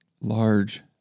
large